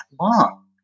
long